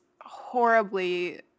horribly